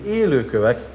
élőkövek